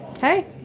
Hey